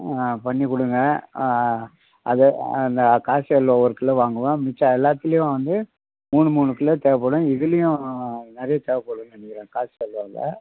ஆ பண்ணி கொடுங்க ஆ அது அந்த காசி அல்வா ஒரு கிலோ வாங்குவேன் மிச்ச எல்லாத்துலேயும் வந்து மூணு மூணு கிலோ தேவைப்படும் இதுலேயும் நிறையா தேவைப்படுன்னு நினைக்கிறேன் காசி அல்வாவில்